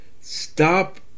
Stop